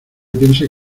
piense